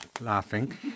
laughing